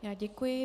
Já děkuji.